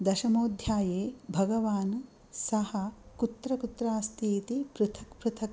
दशमोध्याये भगवान् सः कुत्र कुत्र अस्तीति पृथक् पृथक्